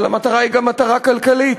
אבל המטרה היא גם מטרה כלכלית: